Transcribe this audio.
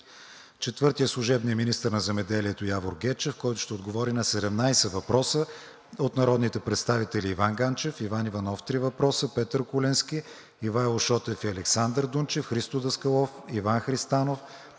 - служебният министър на земеделието Явор Гечев, който ще отговори на 17 въпроса от народните представители Иван Ганчев, Иван Иванов – три въпроса; Петър Куленски; Ивайло Шотев и Александър Дунчев, Христо Даскалов, Иван Христанов,